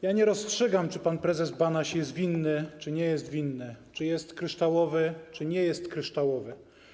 Ja nie rozstrzygam, czy pan prezes Banaś jest winny czy nie jest winny, czy jest kryształowy, czy nie jest kryształowy.